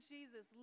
Jesus